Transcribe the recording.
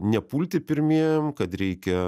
nepulti pirmiem kad reikia